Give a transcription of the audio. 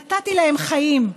נתתי להם חיים,